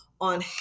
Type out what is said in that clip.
on